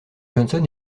johnson